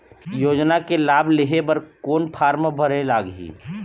योजना के लाभ लेहे बर कोन फार्म भरे लगही?